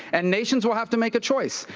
and nations will have to make a choice.